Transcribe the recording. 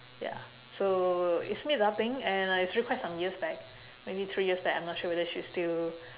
ya so it's meetup thing and uh it's really quite some years back maybe three years back I'm not sure whether she's still